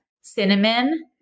cinnamon